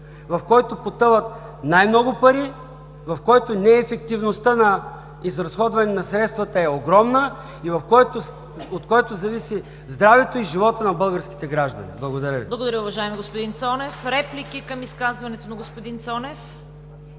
в който потъват най-много пари, в който неефективността на изразходване на средствата е огромна и от който зависи здравето и животът на българските граждани. Благодаря Ви. ПРЕДСЕДАТЕЛ ЦВЕТА КАРАЯНЧЕВА: Благодаря Ви, уважаеми господин Цонев. Реплики към изказването на господин Цонев?